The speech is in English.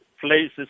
places